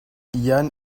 yann